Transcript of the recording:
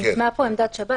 ניתנה פה עמדת שב"ס,